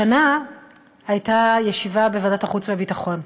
השנה הייתה ישיבה בוועדת החוץ והביטחון.